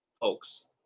folks